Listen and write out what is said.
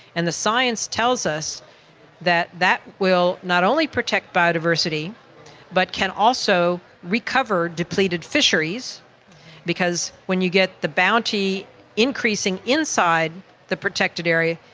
and the science tells us that that will not only protect biodiversity but can also recover depleted fisheries because when you get the bounty increasing inside the protected area,